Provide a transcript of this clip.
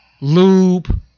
lube